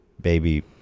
baby